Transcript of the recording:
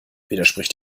widerspricht